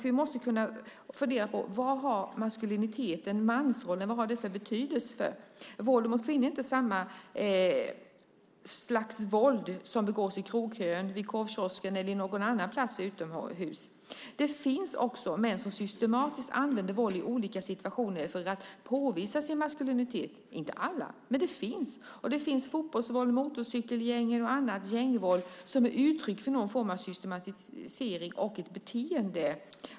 Vi måste kunna få reda på vad maskuliniteten, mansrollen, har för betydelse. Våld mot kvinnor är inte samma slags våld som begås i krogkön, vid korvkiosken eller på någon annan plats ute. Det finns också män som systematiskt använder våld i olika situationer för att påvisa sin maskulinitet. Det är inte alla, men de finns. Det finns fotbollsvåld, motorcykelgäng och annat gängvåld, som är uttryck för en systematisering och ett beteende.